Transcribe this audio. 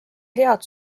head